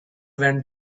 went